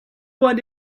what